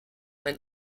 ein